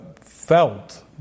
felt